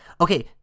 Okay